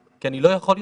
כי אני לא יכול יותר.